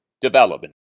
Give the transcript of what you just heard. development